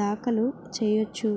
దాఖలు చెయ్యొచ్చు